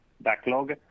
backlog